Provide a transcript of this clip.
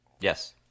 Yes